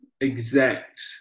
exact